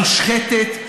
מושחתת,